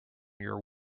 your